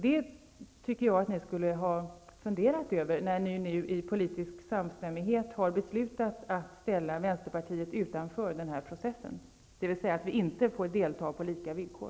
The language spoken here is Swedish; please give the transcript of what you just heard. Jag tycker att ni skulle ha funderat över detta, när ni nu i politisk samstämmighet har beslutat att ställa Vänsterpartiet utanför den här processen genom att se till att vi inte får delta på lika villkor.